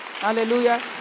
Hallelujah